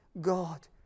God